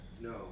No